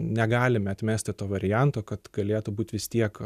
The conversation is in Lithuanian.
negalime atmesti to varianto kad galėtų būti vis tiek